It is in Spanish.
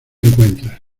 encuentras